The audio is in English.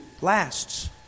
lasts